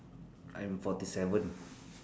I'm forty seven